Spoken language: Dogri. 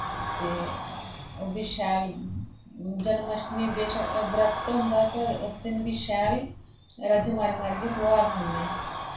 ते ओह् बी शैल जन्माश्टमी बेशक वर्त होंदा पर उसदिन बी शैल रज्ज मारी मारियै फलोहार खन्ने